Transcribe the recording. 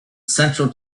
central